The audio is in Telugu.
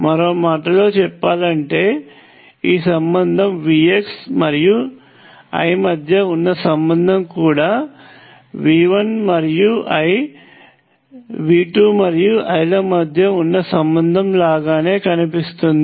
మరో మాటలో చెప్పాలంటే ఈ సంబంధం Vx మరియు I మధ్య ఉన్న సంబంధం కూడా V1 మరియు I V2మరియు I ల మధ్య ఉన్న సంబంధం లాగానే కనిపిస్తుంది